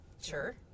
sure